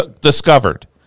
discovered